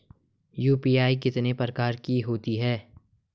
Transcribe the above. UPI कितने प्रकार की होती हैं?